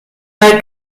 bei